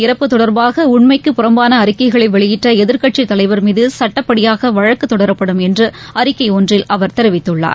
இறப்பு தொடர்பாகஉண்மைக்கு புறம்பானஅறிக்கைகளைவெயிட்டஎதிர்க்கட்சித் அமைச்சரின் தலைவர் மீதுசட்டப்படியாகவழக்குதொடரப்படும் என்றுஅறிக்கைஒன்றில் அவர் தெரிவித்துள்ளார்